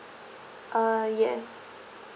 uh yes